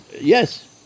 Yes